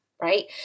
right